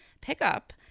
pickup